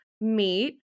meet